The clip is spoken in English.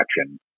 action